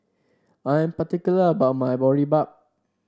I am particular about my Boribap